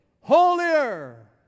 holier